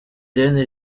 deni